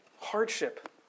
hardship